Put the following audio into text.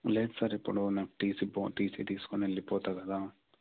లేదు సార్ ఇప్పుడు నాకు టిసి బో టిసి తీసుకుని వెళ్ళిపోతా కదా